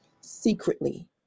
secretly